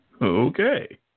Okay